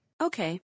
Okay